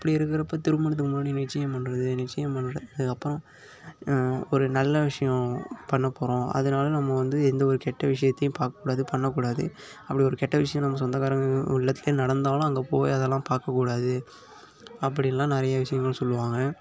அப்படி இருக்கிறப்ப திருமணத்துக்கு முன்னாடி நிச்சியம் பண்ணுறது நிச்சியம் பண்ணதுக்கப்புறம் ஒரு நல்ல விஷயம் பண்ணப் போகிறோம் அதனால நம்ம வந்து எந்தவொரு கெட்ட விஷயத்தையும் பார்க்கக்கூடாது பண்ணக்கூடாது அப்படி ஒரு கெட்ட விஷயம் நம்ம சொந்தக்காரவங்க இல்லத்துலேயும் நடந்தாலும் அங்கே போய் அதெல்லாம் பார்க்க கூடாது அப்படின்லாம் நிறைய விஷயங்கள் சொல்லுவாங்க